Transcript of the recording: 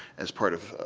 as part of